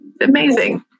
amazing